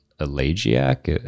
elegiac